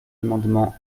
amendement